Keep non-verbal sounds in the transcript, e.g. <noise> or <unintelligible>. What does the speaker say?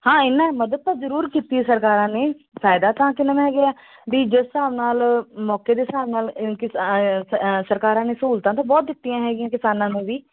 ਹਾਂ ਇਹਨਾਂ ਮਦਦ ਤਾਂ ਜ਼ਰੂਰ ਕੀਤੀ ਸਰਕਾਰਾਂ ਨੇ ਫਾਇਦਾ ਤਾਂ <unintelligible> ਵੀ ਜਿਸ ਹਿਸਾਬ ਨਾਲ ਮੌਕੇ ਦੇ ਹਿਸਾਬ ਨਾਲ ਸਰਕਾਰਾਂ ਨੇ ਸਹੂਲਤਾਂ ਤਾਂ ਬਹੁਤ ਦਿੱਤੀਆਂ ਹੈਗੀਆਂ ਕਿਸਾਨਾਂ ਨੂੰ ਵੀ